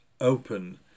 open